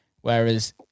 Whereas